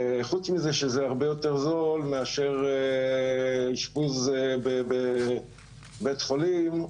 חוץ מזה שזה הרבה יותר זול מאשר אשפוז בבית חולים,